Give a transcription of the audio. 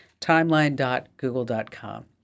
timeline.google.com